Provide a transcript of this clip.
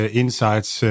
insights